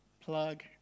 Plug